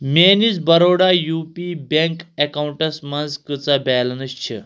میٲنِس Baroda U P bank accounts منٛٛز کۭژاہ بیلنس چھِ